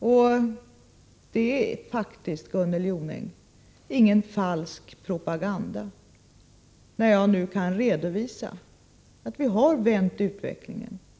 Det är, Gunnel Jonäng, faktiskt ingen falsk propaganda, när jag nu kan redovisa att vi har vänt utvecklingen.